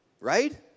Right